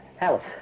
Alice